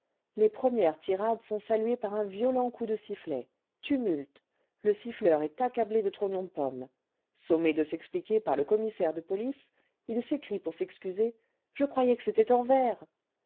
les premières tirades sont saluées par un violent coup de sifflet tumulte le siffieur est accablé de trognons cle pommes sommé de s'expliquer par le commissaire de police il s'écrie pour s'excuser je croyais que c'était en vers